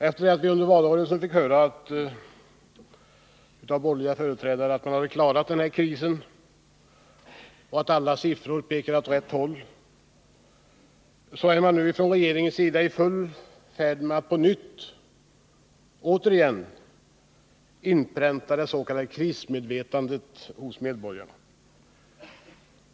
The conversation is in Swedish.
Efter det att vi under valrörelsen fick höra av borgerliga företrädare att man hade klarat krisen och att alla siffror pekade åt rätt håll är regeringen nu i full färd med att åter inpränta det s.k. krismedvetandet hos medborgarna.